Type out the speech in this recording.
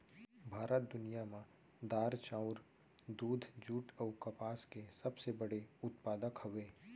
भारत दुनिया मा दार, चाउर, दूध, जुट अऊ कपास के सबसे बड़े उत्पादक हवे